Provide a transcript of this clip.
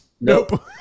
Nope